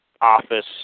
office